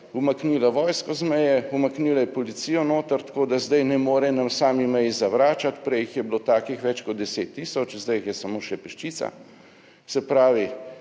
umaknila vojsko z meje, umaknila je policijo noter tako, da zdaj ne more na sami meji zavračati; prej jih je bilo takih več kot 10 tisoč, zdaj jih je samo še peščica, se pravi,